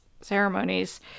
ceremonies